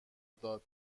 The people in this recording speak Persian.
داد